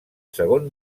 segon